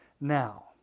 now